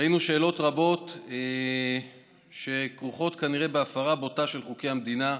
ראינו שאלות רבות שכרוכות כנראה בהפרה בוטה של חוקי המדינה,